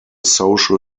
social